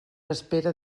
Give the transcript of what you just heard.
espera